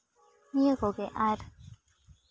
ᱱᱤᱭᱟᱹ ᱠᱚᱜᱮ ᱟᱨ